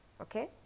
Okay